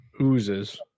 Oozes